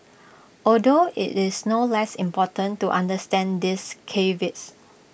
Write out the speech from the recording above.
although IT is no less important to understand these caveats